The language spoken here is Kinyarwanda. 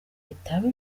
bitaba